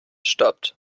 stoppt